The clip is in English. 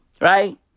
Right